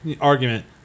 argument